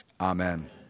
Amen